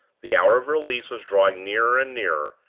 the hour of release was drawing nearer and nearer,